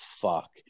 fuck